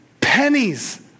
pennies